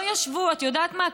את יודעת מה,